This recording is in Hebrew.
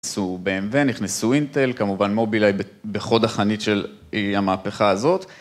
נכנסו BMW, נכנסו אינטל, כמובן מובילאי בחוד החנית של המהפכה הזאת.